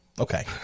okay